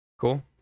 cool